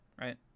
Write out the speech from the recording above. right